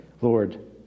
Lord